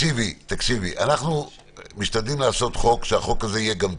אנחנו משתדלים לעשות חוק שיהיה גם טוב.